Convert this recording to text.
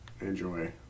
enjoy